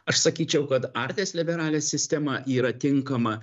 aš sakyčiau kad artes liberales sistema yra tinkama